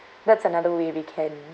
that's another way we can